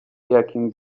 jakim